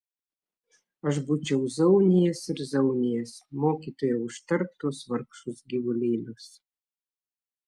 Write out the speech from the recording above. aš būčiau zaunijęs ir zaunijęs mokytojau užtark tuos vargšus gyvulėlius